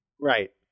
Right